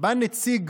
בא נציג